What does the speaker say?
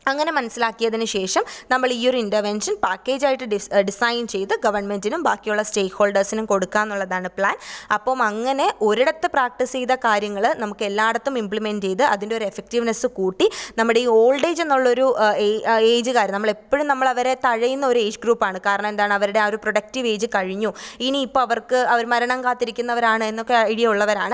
അങ്ങനെ മനസ്സിലാക്കിയതിനു ശേഷം നമ്മൾ ഈയൊരു ഇൻ്റെർവെൻഷൻ പാക്കേജ് ആയിട്ട് ഡിസൈൻ ചെയ്ത് ഗവൺമെൻറ്റിനും ബാക്കിയുള്ള സ്റ്റേ ഹോൾഡേഴ്സിനും കൊടുക്കാന്നുള്ളതാണ് പ്ലാൻ അപ്പോൾ അങ്ങനെ ഒരിടത്ത് പ്രാക്ടീസ് ചെയ്ത കാര്യങ്ങൾ നമുക്ക് എല്ലായിടത്തും ഇമ്പ്ലിമെൻറ്റ് ചെയ്ത് അതിൻറ്റെ ഒരു എഫക്റ്റീവ്നെസ്സ് കൂട്ടി നമ്മുടെ ഈ ഓൾഡ് ഏജ് എന്നുള്ള ഒരു ഏയ്ജ്കാരെ നമ്മൾ എപ്പോഴും നമ്മൾ അവരെ തഴയുന്ന ഒരു ഏജ് ഗ്രൂപ്പ് ആണ് കാരണം എന്താണ് അവരുടെ ആ ഒരു പ്രോഡക്റ്റിവ് ഏയ്ജ് കഴിഞ്ഞു ഇനിയിപ്പോൾ അവർക്ക് അവർ മരണം കാത്തിരിക്കുന്നവരാണ് എന്നൊക്കെ ഐഡിയ ഉള്ളവരാണ്